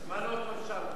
אז מה, למשל?